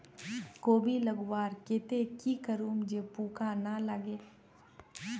कोबी लगवार केते की करूम जे पूका ना लागे?